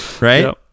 right